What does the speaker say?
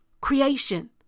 creation